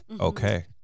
Okay